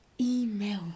email